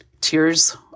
Tears